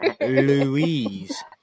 Louise